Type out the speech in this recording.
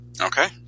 Okay